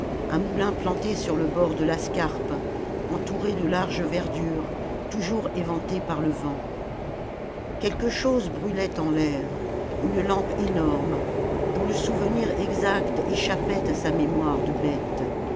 un moulin planté sur le bord de la scarpe entouré de larges verdures toujours éventé par le vent quelque chose brûlait en l'air une lampe énorme dont le souvenir exact échappait à sa mémoire de bête